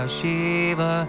Shiva